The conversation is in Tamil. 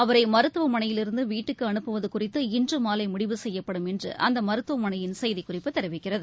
அவரை மருத்துவமனையிலிருந்து வீட்டுக்கு அனுப்புவது குறித்து இன்று மாலை முடிவு செய்யப்படும் என்று அந்த மருத்துவமனையின் செய்திக்குறிப்பு தெரிவிக்கிறது